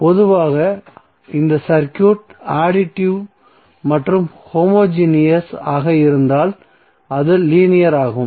பொதுவாக இந்த circuit additive மற்றும் ஹோமோஜீனியஸ் ஆக இருந்தால் அது லீனியர் ஆகும்